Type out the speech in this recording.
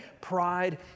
pride